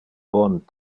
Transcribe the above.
bon